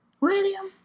William